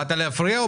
באת להפריע?